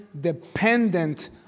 dependent